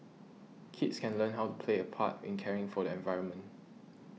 kids can learn how to play a part in caring for the environment